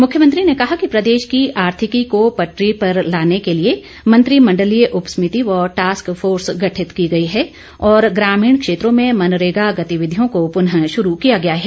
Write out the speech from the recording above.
मुख्यमंत्री ने कहा कि प्रदेश की आर्थिकी को पटरी पर लाने के लिए मंत्रिमंडलीय उप समिति व टास्क फोर्स गठित की गई है और ग्रामीण क्षेत्रों में मनरेगा गतिविधियों को पुनः शुरू किया गया है